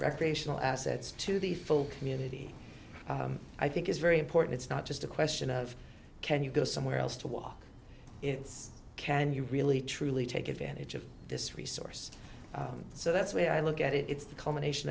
recreational assets to the full community i think is very important it's not just a question of can you go somewhere else to walk it's can you really truly take advantage of this resource so that's where i look at it it's the culmination